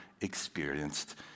experienced